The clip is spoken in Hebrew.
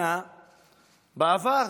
בעבר